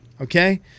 Okay